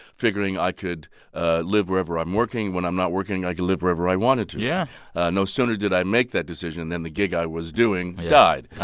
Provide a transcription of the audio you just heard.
figuring i could ah live wherever i'm working. when i'm not working, i can live wherever i wanted to yeah no sooner did i make that decision than the gig i was doing died.